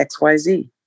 XYZ